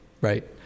Right